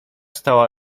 stała